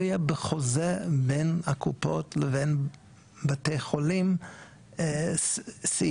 יהיה בחוזה בין הקופות לבין בתי חולים סעיפים